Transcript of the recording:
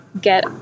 get